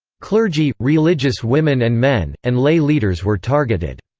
clergy, religious women and men, and lay leaders were targeted.